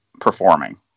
performing